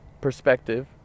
perspective